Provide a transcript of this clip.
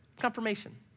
confirmation